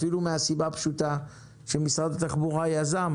אפילו מהסיבה הפשוטה שמשרד התחבורה יזם